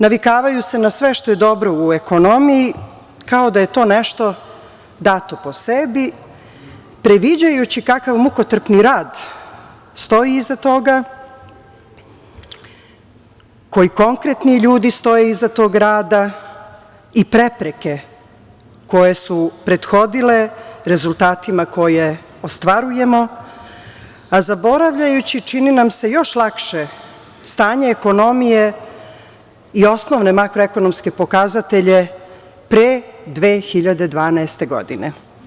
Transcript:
Navikavaju se na sve što je dobro u ekonomiji, kao da je to nešto dato po sebi, previđajući kakav mukotrpan rad stoji iza toga, koji konkretni ljudi stoje iza tog rada i prepreke koje su prethodile rezultatima koje ostvarujemo, a zaboravljajući, čini nam se, još lakše stanje ekonomije i osnovne makroekonomske pokazatelje pre 2012. godine.